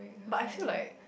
but I feel like